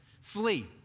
flee